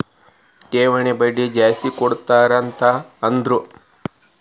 ಠೇವಣಿಗ ಬಡ್ಡಿ ಜಾಸ್ತಿ ಕೊಡ್ತಾರಂತ ಹೌದ್ರಿ?